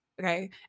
okay